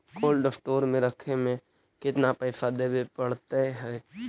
Cold store में रखे में केतना पैसा देवे पड़तै है?